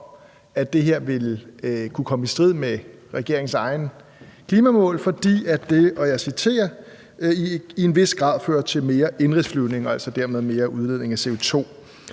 at det her vil kunne komme i strid med regeringens egne klimamål, fordi det, og jeg citerer: »i en vis grad fører til mere indenrigsflyvning« og altså dermed mere udledning af CO2.